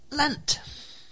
Lent